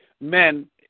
men